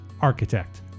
architect